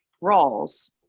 roles